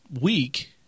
week